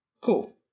Cool